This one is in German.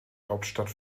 hauptstadt